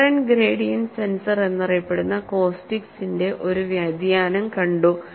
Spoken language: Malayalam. കോഹെറന്റ് ഗ്രേഡിയന്റ് സെൻസർ എന്നറിയപ്പെടുന്ന കോസ്റ്റിക്സിന്റെ ഒരു വ്യതിയാനം കണ്ടു